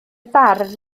bardd